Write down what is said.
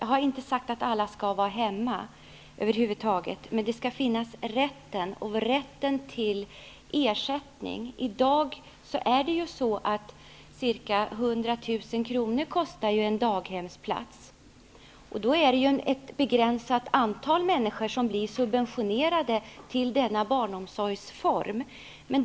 Jag har aldrig sagt att alla skall vara hemma, men rätten till det skall finnas. Och de som väljer detta skall har rätt till ersättning. I dag kostar en daghemsplats ca 100 000 kr. Men det är ett begränsat antal människor som får tillgång till denna subventionerade barnomsorgsform.